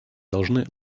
должны